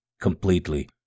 completely